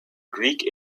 greek